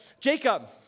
Jacob